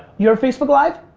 you're facebook live?